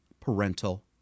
parental